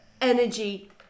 energy